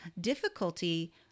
difficulty